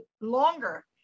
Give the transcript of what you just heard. longer